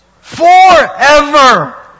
Forever